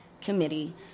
Committee